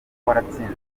waratsinze